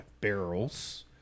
barrels